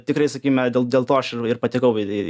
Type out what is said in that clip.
tikrai sakykime dėl dėl to aš ir patekau į į